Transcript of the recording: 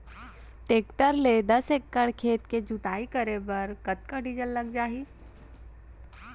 Tractor ले दस एकड़ खेत के जुताई करे बर कतका डीजल लग जाही?